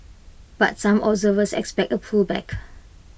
but some observers expect A pullback